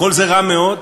כל זה רע מאוד,